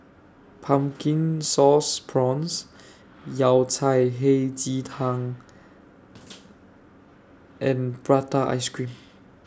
Pumpkin Sauce Prawns Yao Cai Hei Ji Tang and Prata Ice Cream